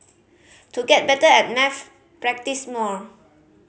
to get better at maths practise more